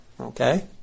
Okay